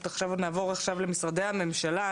נעבור עכשיו למשרדי הממשלה,